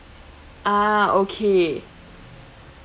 ah okay